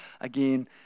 again